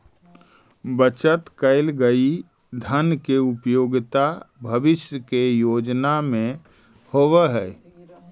बचत कैल गए धन के उपयोगिता भविष्य के योजना में होवऽ हई